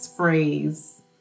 Phrase